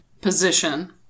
position